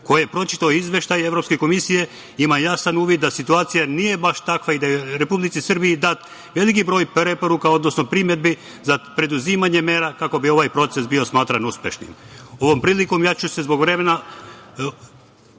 Ko je pročitao Izveštaj Evropske komisije ima jasan uvid da situacija nije baš takva i da je Republici Srbiji dat veliki broj preporuka, odnosno primedbi za preduzimanje mera, kako bi ovaj proces bio smatran uspešnim. Ovom prilikom, ja ću se zbog vremena